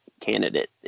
candidate